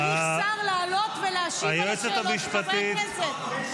שר צריך לעלות ולהשיב על השאלות של חברי הכנסת.